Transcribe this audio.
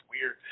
weird